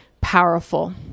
powerful